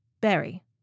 Berry